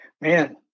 man